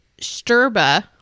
Sturba